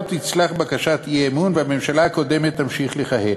לא תצלח בקשת האי-אמון והממשלה הקודמת תמשיך לכהן.